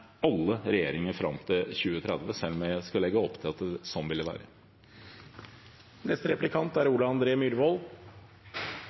alle regjeringer fram til 2030, selv om jeg skal legge opp til at sånn vil det være. Det er